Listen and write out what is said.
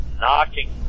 knocking